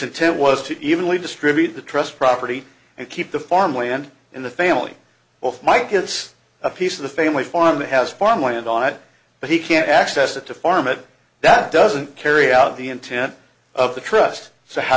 intent was to evenly distribute the trust property and keep the farmland in the family with my kids a piece of the family farm it has farm land on it but he can't access it to farm it that doesn't carry out the intent of the trust so how